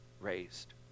raised